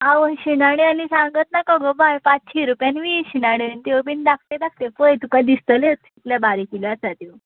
आवय शिणाण्यो आनी सांगूत नाका गो बाय पाचशें रुपयांन वीस शिणाण्यो त्योय बीन धाकट्यो धाकट्यो पळय तुका दिसतल्योच कितल्यो बारकेल्यो आसात त्यो